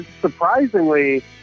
surprisingly